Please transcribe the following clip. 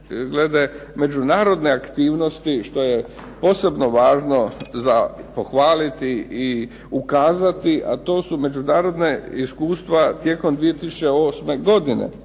međunarodne aktivnosti što je posebno važno za pohvaliti i ukazati, a to su međunarodna iskustva tijekom 2008. godine